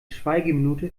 schweigeminute